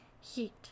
heat